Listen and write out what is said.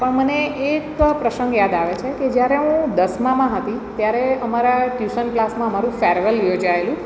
પણ મને એક પ્રસંગ યાદ આવે છે કે જ્યારે હું દસમામાં હતી ત્યારે અમારા ટ્યૂશન ક્લાસમાં અમારું ફર ફેરવેલ યોજાએલું